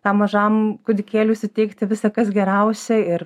tam mažam kūdikėliui suteikti visa kas geriausia ir